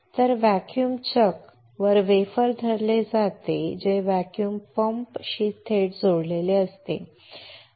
तर vacuum chuck वर wafer धरले जाते जे व्हॅक्यूम पंप शी थेट जोडलेले असते